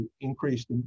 increased